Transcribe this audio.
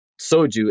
soju